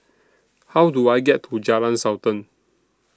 How Do I get to Jalan Sultan